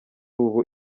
ubu